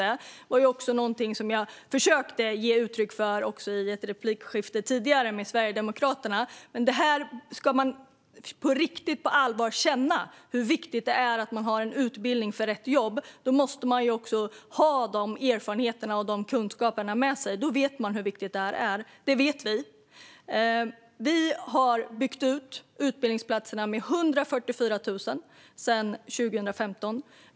Det här försökte jag också ge uttryck för vid en tidigare fråga från Sverigedemokraterna. Om man på riktigt och på allvar ska känna hur viktigt det är att man har rätt utbildning för rätt jobb måste man ha de erfarenheterna och kunskaperna med sig. Då vet man hur viktigt detta är. Vi vet det. Vi har byggt ut utbildningsplatserna med 144 000 sedan 2015.